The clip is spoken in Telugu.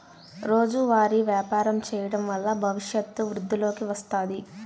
రోజువారీ వ్యాపారం చేయడం వల్ల భవిష్యత్తు వృద్ధిలోకి వస్తాది